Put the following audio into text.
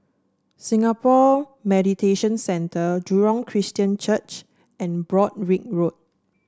Singapore Mediation Centre Jurong Christian Church and Broadrick Road